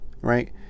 right